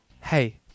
Hey